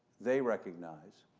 they recognize,